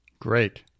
Great